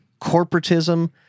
corporatism